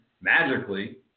magically